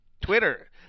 Twitter